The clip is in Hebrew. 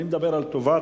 אני מדבר על טובת,